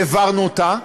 העברנו אותה,